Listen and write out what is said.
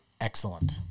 excellent